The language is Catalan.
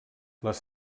les